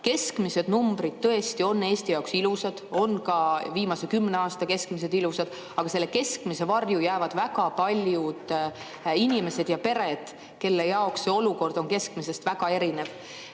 Keskmised numbrid tõesti on Eesti jaoks ilusad, on ka viimase kümne aasta keskmised ilusad, aga selle keskmise varju jäävad väga paljud inimesed ja pered, kelle olukord on keskmisest väga erinev.